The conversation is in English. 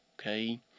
okay